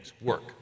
work